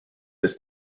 this